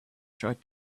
tried